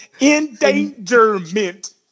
endangerment